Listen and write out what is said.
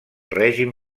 règim